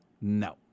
No